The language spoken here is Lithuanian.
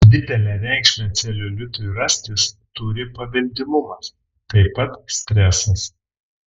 didelę reikšmę celiulitui rastis turi paveldimumas taip pat stresas